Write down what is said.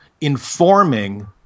informing